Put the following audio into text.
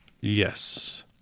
yes